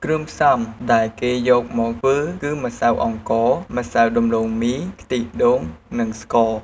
គ្រឿងផ្សំដែលគេយកមកធ្វើគឺម្សៅអង្ករ ម្សៅដំឡូងមី ខ្ទិះដូង និងស្ករ។